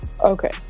okay